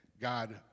God